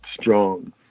strong